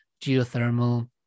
geothermal